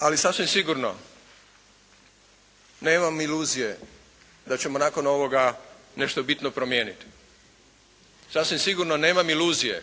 Ali sasvim sigurno nemam iluzije da ćemo nakon ovoga nešto bitno promijeniti. Sasvim sigurno nemam iluzije